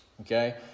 okay